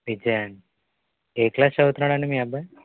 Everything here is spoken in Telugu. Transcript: విజయా ఏ క్లాస్ చదువుతున్నాడండి మీ అబ్బాయ్